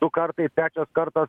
du kartai trečias kartas